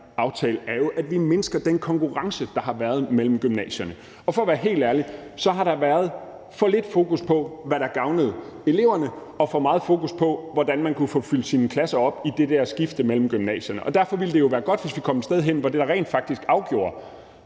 er jo, at vi mindsker den konkurrence, der har været mellem gymnasierne. Og for at være helt ærlig har der været for lidt fokus på, hvad der gavnede eleverne, og for meget fokus på, hvordan man kunne få fyldt sine klasser op i det der skifte mellem gymnasierne. Derfor ville det jo være godt, hvis vi kom et sted hen, hvor det, der rent faktisk afgjorde,